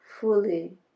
fully